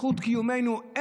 הם העתיד והם זכות קיומנו.